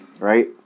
Right